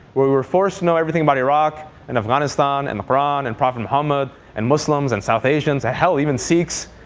where we were forced to know everything about iraq and afghanistan and the koran and prophet muhammad and muslims and south asians, and hell, even sikhs,